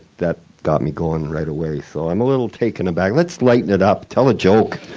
that got me going right away, so i'm a little taken aback. let's lighten it up. tell a joke!